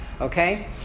okay